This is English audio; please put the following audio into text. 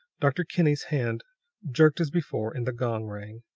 dr. kinney's hand jerked as before, and the gong rang.